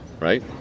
right